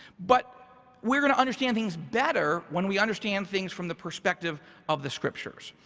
but we're gonna understand things better when we understand things from the perspective of the scriptures.